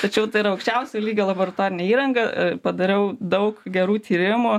tačiau tai yra aukščiausio lygio laboratorinė įranga padariau daug gerų tyrimų